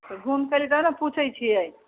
घूम के एली तऽ नऽ पुछै छियै